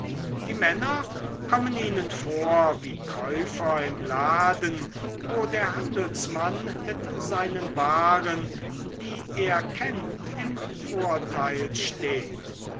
die männer kommen ihnen vor wie käufer im laden wo der handelsmann mit seinen waren die er kennt im vorteil steht